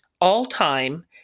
all-time